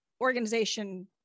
organization